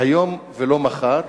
היום ולא מחר,